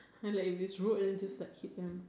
ha like if it's road then just like hit them